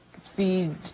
feed